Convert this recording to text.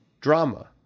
drama